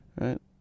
Right